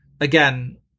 again